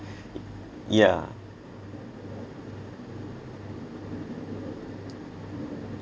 yeah